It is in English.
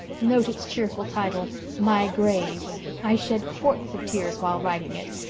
note its cheerful title my graves i shed quarts of tears while writing it,